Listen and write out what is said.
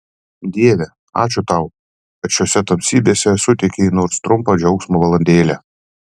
dieve ačiū tau kad šiose tamsybėse suteikei nors trumpą džiaugsmo valandėlę